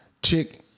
Chick